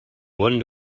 one